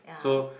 ya